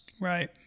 Right